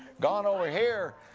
gone over here.